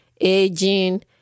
aging